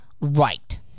right